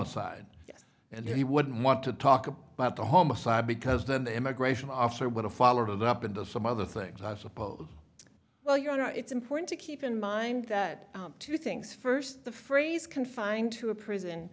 aside and he wouldn't want to talk about the home aside because then the immigration officer would have followed it up into some other things i suppose well your honor it's important to keep in mind that two things first the phrase confined to a prison